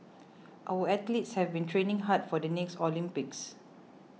our athletes have been training hard for the next Olympics